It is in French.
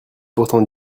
pourtant